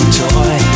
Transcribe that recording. toy